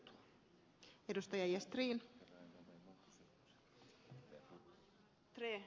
värderade talman